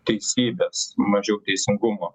teisybės mažiau teisingumo